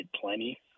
plenty